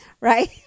right